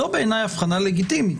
זאת בעיניי הבחנה לגיטימית.